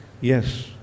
Yes